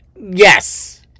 yes